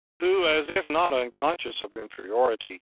who, as if not unconscious of inferiority,